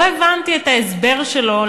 לא הבנתי את ההסבר שלו,